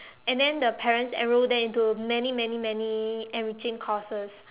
and then the parents enroll them into many many many enriching courses